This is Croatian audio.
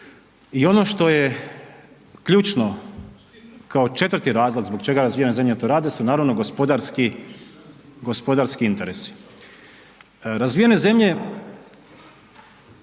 I ono što je ključno kao četvrti razlog zbog čega razvijene zemlje to rade su naravno gospodarski, gospodarski interesi. Razvijene zemlje,